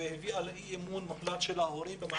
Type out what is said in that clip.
והביאה לאי אמון מוחלט של ההורים במערכת החינוך.